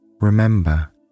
remember